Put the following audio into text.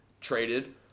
traded